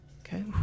Okay